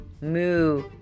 moo